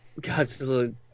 Godzilla